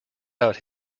out